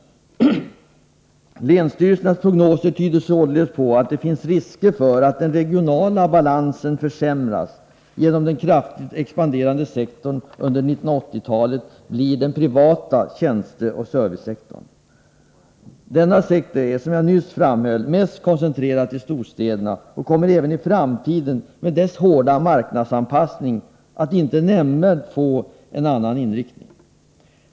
Länsstyrelsernas prognoser tyder således på att det finns risker för att den regionala balansen försämras genom att den kraftigast expanderande sektorn under 1980-talet blir den privata tjänsteoch servicesektorn. Denna sektor är, som jag nyss framhöll, koncentrerad till storstäderna och kommer i framtiden, med dess hårda marknadsanpassning, inte att få någon nämnvärt annan inriktning.